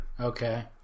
Okay